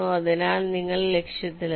അതിനാൽ നിങ്ങൾ ലക്ഷ്യത്തിലെത്തി